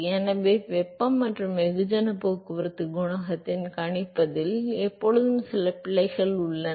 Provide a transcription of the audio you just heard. எனவே வெப்பம் மற்றும் வெகுஜன போக்குவரத்து குணகத்தின் கணிப்பதில் எப்போதும் சில பிழைகள் உள்ளன